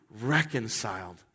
reconciled